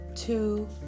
two